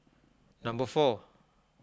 number four